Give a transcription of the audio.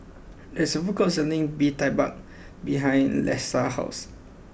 there's a food court selling Bee Tai Mak behind Leesa's house